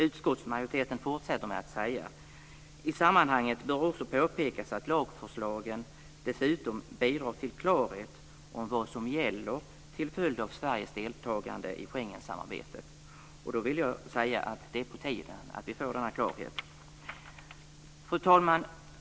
Utskottsmajoriteten fortsätter med att säga: "I sammanhanget bör också påpekas att lagförslagen dessutom bidrar till klarhet om vad som gäller till följd av Sveriges deltagande i Schengensamarbetet." Och då vill jag säga att det är på tiden att vi får denna klarhet. Fru talman!